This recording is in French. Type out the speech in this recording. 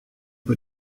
peu